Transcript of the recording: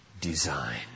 design